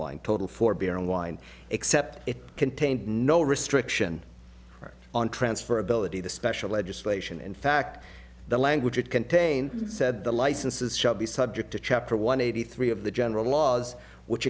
wine total for beer and wine except it contained no restriction on transfer ability the special legislation in fact the language it contains said the licenses shall be subject to chapter one eighty three of the general laws which